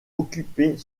occuper